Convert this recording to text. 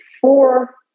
Four